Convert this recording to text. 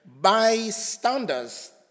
bystanders